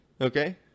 Okay